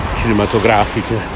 cinematografiche